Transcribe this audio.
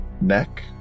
neck